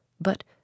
But